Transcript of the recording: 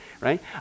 right